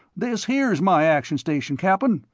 this here's my action station, cap'n,